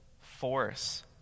force